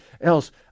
else